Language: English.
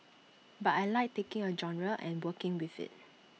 but I Like taking A genre and working with IT